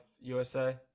USA